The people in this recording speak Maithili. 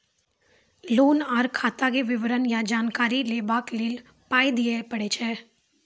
लोन आर खाताक विवरण या जानकारी लेबाक लेल पाय दिये पड़ै छै?